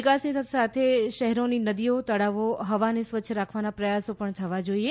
વિકાસની સાથે શહેરોની નદીઓ તળાવો હવાને સ્વચ્છ રાખવાના પ્રયાસો પણ થવા જોઇએ